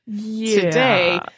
today